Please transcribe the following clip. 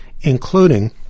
including